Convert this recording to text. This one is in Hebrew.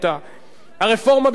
הרפורמה בשוק הסלולר,